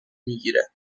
میگیره